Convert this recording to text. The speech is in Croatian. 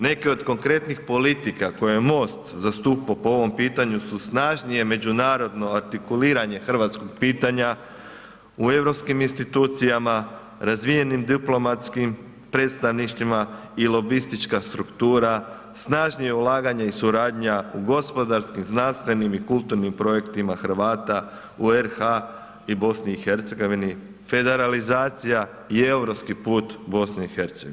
Neke od konkretnih politika koje MOST zastupao po ovom pitanju su snažnije međunarodno artikuliranje hrvatskog pitanja u EU institucijama, razvijenim diplomatskim predstavništvima i lobistička struktura, snažnije ulaganje i suradnja u gospodarskim, znanstvenim i kulturnim projektima Hrvata u RH i BiH, federalizacija i europski put BiH.